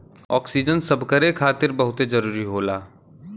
oxygen सभकरे खातिर बहुते जरूरी होला